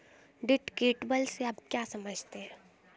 Deductible से आप क्या समझते हैं?